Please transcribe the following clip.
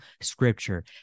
scripture